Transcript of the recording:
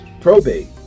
probate